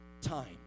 time